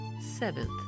Seventh